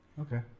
Okay